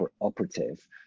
operative